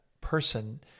person